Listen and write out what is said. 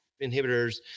inhibitors